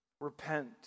Repent